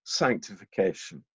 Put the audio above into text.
sanctification